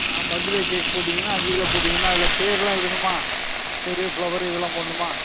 ஆ birthday cake போட்டீங்கன்னால் அஞ்சு kilo போட்டீங்கன்னால் அதில் பேரெலாம் எழுதணுமா பேர் ஃப்ளவரு இதெல்லாம் போடணுமா